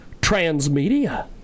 Transmedia